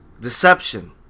Deception